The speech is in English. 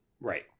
Right